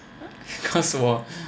because 我